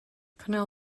connell